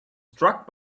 struck